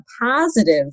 positive